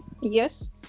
Yes